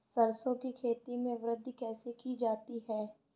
सरसो की खेती में वृद्धि कैसे की जाती है?